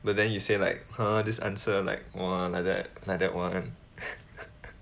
but then you say like !huh! this answer like !wah! like that like that [one]